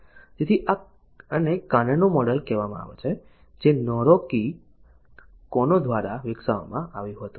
તેથી આને કાનોનું મોડેલ કહેવામાં આવે છે જે નોરીકી કાનો દ્વારા વિકસાવવામાં આવ્યું હતું